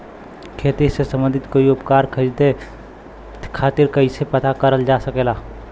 खेती से सम्बन्धित कोई उपकरण खरीदे खातीर कइसे पता करल जा सकेला?